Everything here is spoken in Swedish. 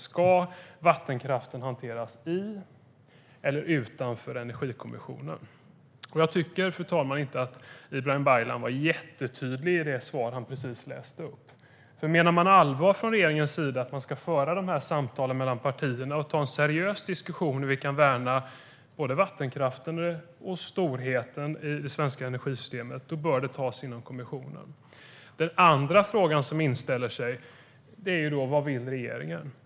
Ska vattenkraften hanteras i eller utanför Energikommissionen? Fru talman! Jag tycker inte att Ibrahim Baylan var jättetydlig i det svar han precis läste upp. Menar man från regeringens sida allvar med att man ska föra samtal mellan partierna och ta en seriös diskussion och värna både vattenkraften och storheten i energisystemet bör de tas inom kommissionen. Den andra fråga som inställer sig är: Vad vill regeringen?